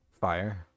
fire